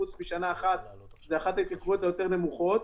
חוץ משנה אחת זו אחת ההתייקרויות היותר נמוכות.